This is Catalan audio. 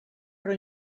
però